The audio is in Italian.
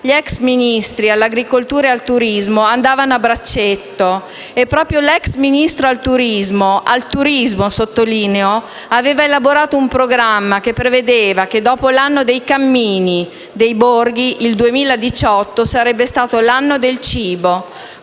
gli ex Ministri dell'agricoltura e del turismo andavano a braccetto, e proprio l'ex Ministro del turismo - al turismo, lo sottolineo - aveva elaborato un programma che prevedeva che, dopo l'anno dei cammini e dei borghi, il 2018 sarebbe stato l'anno del cibo,